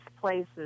places